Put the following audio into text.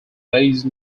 based